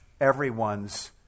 everyone's